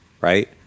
right